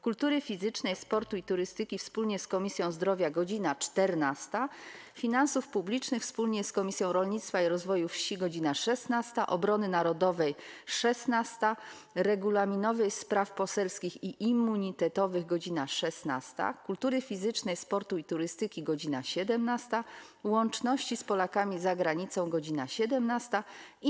Kultury Fizycznej, Sportu i Turystyki wspólnie z Komisją Zdrowia - godz. 14, - Finansów Publicznych wspólnie z Komisją Rolnictwa i Rozwoju Wsi - godz. 16, - Obrony Narodowej - godz. 16, - Regulaminowej, Spraw Poselskich i Immunitetowych - godz. 16, - Kultury Fizycznej, Sportu i Turystyki - godz. 17, - Łączności z Polakami za Granicą - godz. 17,